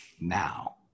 now